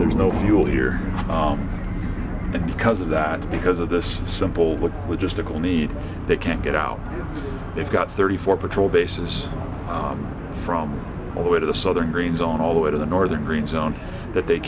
there's no fuel here and because of that because of this simple look we just tickle me they can't get out they've got thirty four patrol bases from all the way to the southern green zone all the way to the northern green zone that they